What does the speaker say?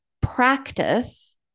practice